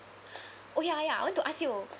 oh ya ya I want to ask you